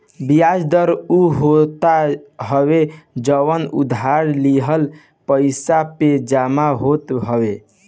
बियाज दर उ होत हवे जवन उधार लिहल पईसा पे जमा होत हवे